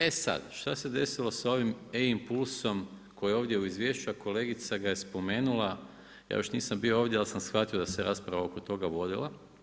E sad, šta se desilo sa ovim E-impulsom koji ovdje u izvješću, a kolegica ga je spomenula, ja još nisam bio ovdje ali sam shvatio da se rasprava oko toga vodila.